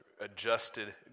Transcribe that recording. adjusted